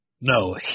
No